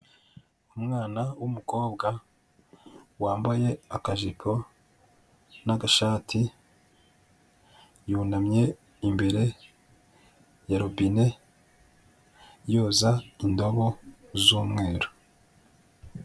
Umwana w'umukobwa, wambaye akajipo n'agashati, yunamye imbere ya robine yoza indobo z'umweru.